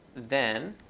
then